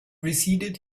receded